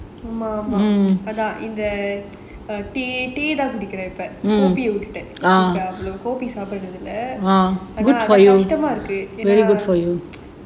இந்த:intha tea தான் குடிக்கிறேன்:thaan kudikiraen coffee விட்டுட்டேன்:vittutaen coffee சாப்பிடறது இல்ல ஆனா ரொம்ப கஷ்டமா இருக்கு:saapidurathu illa aanaa romba kashtama irukku